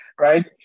right